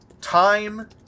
time